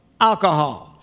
alcohol